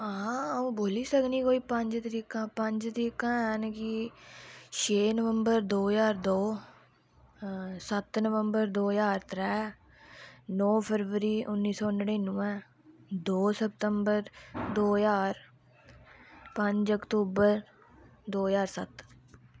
हां अ'ऊं बोल्ली सकनी कोई पंज तरीकां पंज तरीकां हैन कि छे नवंबरर दो हजार दो सत्त नवंबर दो हजार त्रै नौ फरवरी उन्नी सौ नड़िनवैं दो सतंबर दो हजार पंज अक्तूबर दो हजार सत्त